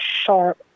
sharp